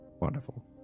Wonderful